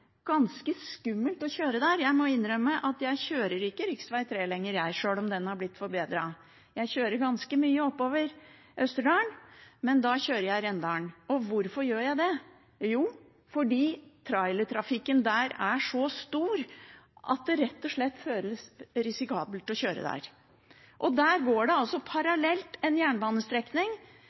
ganske skummelt å kjøre der. Jeg må innrømme at jeg ikke kjører rv. 3 lenger, sjøl om den har blitt forbedret. Jeg kjører ganske mye oppover Østerdalen, men da kjører jeg Rendalen. Hvorfor gjør jeg det? Jo, fordi trailertrafikken på rv. 3 er så stor at det rett og slett føles risikabelt å kjøre der. Der går det altså parallelt en jernbanestrekning